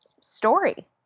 story